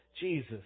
Jesus